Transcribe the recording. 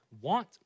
want